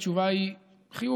התשובה היא חיובית.